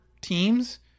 teams